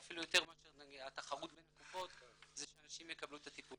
אפילו יותר מאשר התחרות בין הקופות זה שאנשים יקבלו את הטיפול.